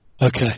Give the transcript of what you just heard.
okay